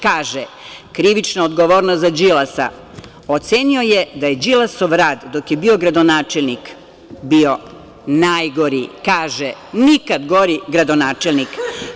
Kaže – krivična odgovornost za Đilasa, ocenio je da je Đilasov rad dok je bio gradonačelnik bio najgori, kaže - nikad gori gradonačelnik.